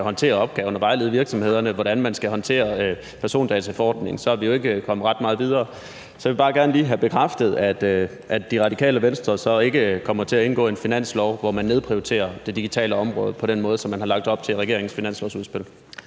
håndtere opgaven og vejlede virksomhederne i, hvordan de skal håndtere persondataforordningen. Så jeg vil bare gerne lige have bekræftet, at Det Radikale Venstre ikke kommer til at hænge på en finanslov, hvor man nedprioriterer det digitale område på den måde, som man har lagt op til i regeringens finanslovsudspil.